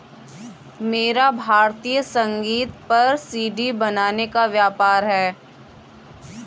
मेरा भारतीय संगीत पर सी.डी बनाने का व्यापार है